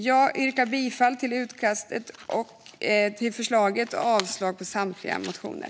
Jag yrkar bifall till utskottets förslag och avslag på samtliga motioner.